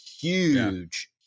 huge